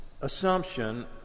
assumption